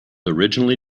originally